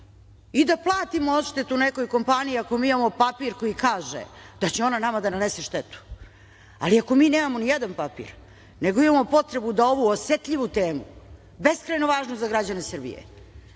i da platimo odštetu nekoj kompaniji ako mi imamo papir koji kaže da će ona nama da nanese štetu, ali ako mi nemamo nijedan papir, nego imamo potrebu da ovu osetljivu temu, beskrajno važnu za građane Srbije,